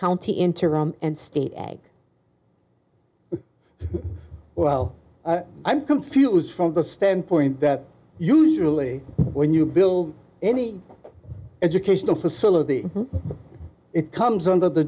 county interim and state ag well i'm confused from the standpoint that usually when you build any educational facility it comes under the